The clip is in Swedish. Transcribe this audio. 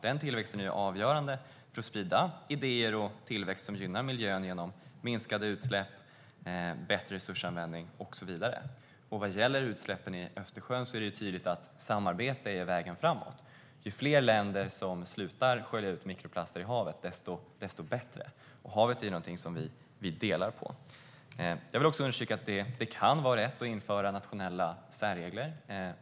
Den tillväxten är avgörande för spridningen av idéer och tillväxt som gynnar miljön genom minskade utsläpp, bättre resursanvändning och så vidare. Vad gäller utsläppen i Östersjön är det tydligt att samarbete är vägen framåt. Ju fler länder som slutar skölja mikroplaster i havet, desto bättre. Havet är ju någonting vi delar på. Jag vill också understryka att det kan vara rätt att införa nationella särregler.